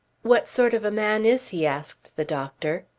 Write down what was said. what sort of a man is he? asked the doctor.